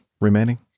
remaining